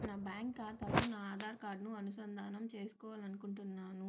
నా బ్యాంక్ ఖాతాను నా ఆధార్ కార్డ్ను అనుసంధానం చేసుకోవాలి అనుకుంటున్నాను